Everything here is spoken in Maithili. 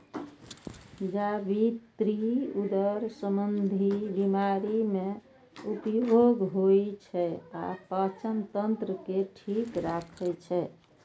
जावित्री उदर संबंधी बीमारी मे उपयोग होइ छै आ पाचन तंत्र के ठीक राखै छै